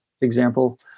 example